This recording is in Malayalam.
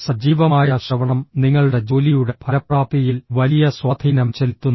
സജീവമായ ശ്രവണം നിങ്ങളുടെ ജോലിയുടെ ഫലപ്രാപ്തിയിൽ വലിയ സ്വാധീനം ചെലുത്തുന്നു